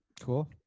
Cool